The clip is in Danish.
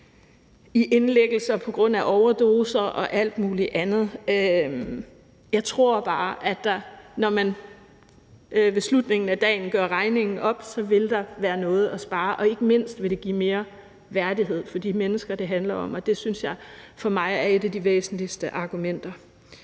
indlæggelser på grund af overdoser og alt muligt andet. Jeg tror bare, at der, når man ved slutningen af dagen gør regningen op, vil være noget at spare, og ikke mindst vil det give mere værdighed for de mennesker, det handler om. Det er for mig et af de væsentligste argumenter.